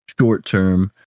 short-term